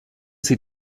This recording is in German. sie